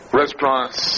restaurants